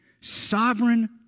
Sovereign